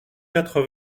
quatre